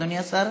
אדוני השר.